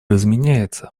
изменяется